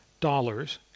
dollars